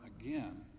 again